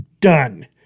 done